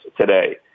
today